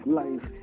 life